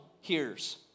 hears